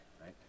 right